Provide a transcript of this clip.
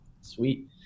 Sweet